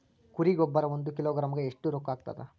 ಕುರಿ ಗೊಬ್ಬರ ಒಂದು ಕಿಲೋಗ್ರಾಂ ಗ ಎಷ್ಟ ರೂಕ್ಕಾಗ್ತದ?